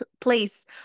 place